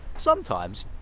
sometimes,